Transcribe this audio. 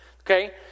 Okay